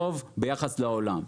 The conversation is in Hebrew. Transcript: טוב ביחס לעולם.